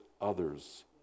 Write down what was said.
others